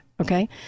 Okay